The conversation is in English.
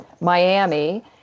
Miami